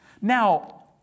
Now